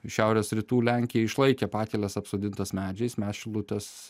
šiaurės rytų lenkija išlaikė pakeles apsodintas medžiais mes šilutės